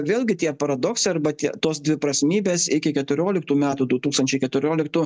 vėlgi tie paradoksai arba tie tos dviprasmybės iki keturioliktų metų du tūkstančiai keturioliktų